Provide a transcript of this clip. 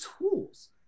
tools